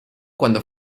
cuando